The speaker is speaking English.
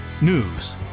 News